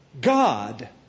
God